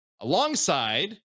alongside